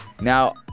Now